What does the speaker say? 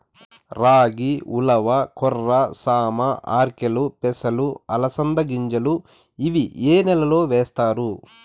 రాగి, ఉలవ, కొర్ర, సామ, ఆర్కెలు, పెసలు, అలసంద గింజలు ఇవి ఏ నెలలో వేస్తారు?